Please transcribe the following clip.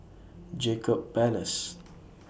Jacob Ballas